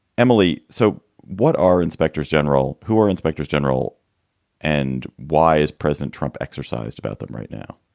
emily, so what are inspectors general? who are inspectors general and why is president trump exercised about them right now?